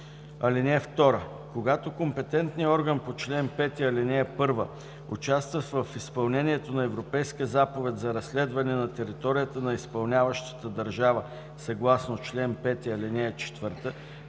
№ 1. (2) Когато компетентният орган по чл. 5, ал. 1 участва в изпълнението на Европейска заповед за разследване на територията на изпълняващата държава съгласно чл. 5, ал. 4,